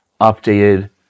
updated